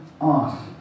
off